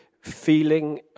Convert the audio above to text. feeling